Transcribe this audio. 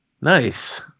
Nice